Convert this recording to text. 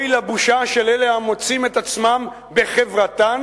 אוי לבושה של אלה המוצאים את עצמם בחברתן,